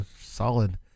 solid